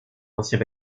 ancien